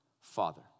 Father